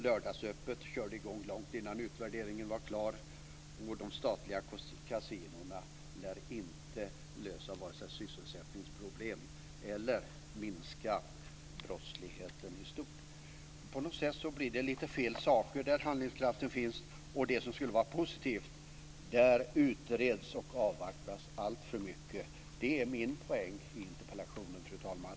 Lördagsöppet körde i gång långt innan utvärderingen var klar, och de statliga kasinona lär inte lösa vare sig sysselsättningsproblem eller minska brottsligheten i stort. På något sätt blir det lite fel saker där handlingskraften finns, och det som skulle vara positivt, där utreds och avvaktas alltför mycket. Det är min poäng i interpellationen, fru talman.